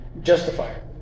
Justifier